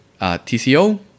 TCO